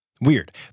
Weird